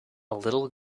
little